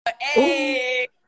hey